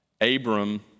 Abram